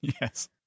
yes